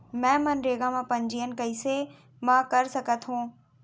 मैं मनरेगा म पंजीयन कैसे म कर सकत हो?